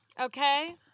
Okay